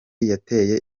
yateye